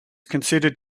considered